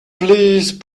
please